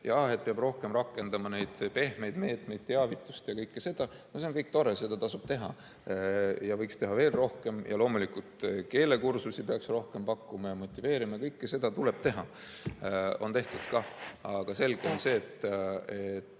jah, peab rohkem rakendama pehmeid meetmeid, teavitust ja kõike seda, on väga tore. Seda tasub teha ja võiks teha veel rohkem. Ja loomulikult keelekursusi peaks rohkem pakkuma ja motiveerima. Kõike seda tuleb teha, on tehtud ka. Aga on selge, et